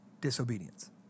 disobedience